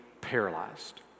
paralyzed